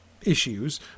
issues